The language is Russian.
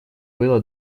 было